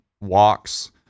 walks